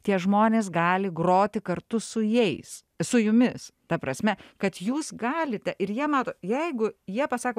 tie žmonės gali groti kartu su jais su jumis ta prasme kad jūs galite ir jie mato jeigu jie pasako